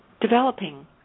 developing